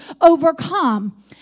overcome